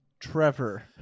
Trevor